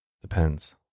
Depends